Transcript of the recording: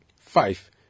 Five